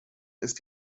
ist